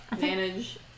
manage